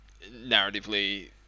narratively